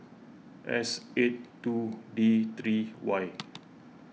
S eight two D three Y